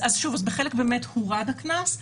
בחלק הורד הקנס,